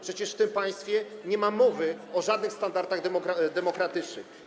Przecież w tym państwie nie ma mowy o żadnych standardach demokratycznych.